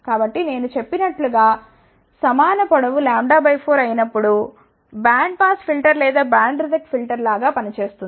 కాబట్టి నేను చెప్పినట్లు గాసమాన పొడవు λ 4 అయినప్పుడు బ్యాండ్ పాస్ ఫిల్టర్ లేదా బ్యాండ్ రిజెక్ట్ ఫిల్టర్గా పని చేస్తుంది